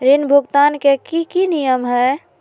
ऋण भुगतान के की की नियम है?